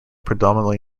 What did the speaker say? predominantly